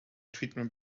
treatment